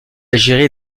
géré